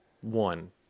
one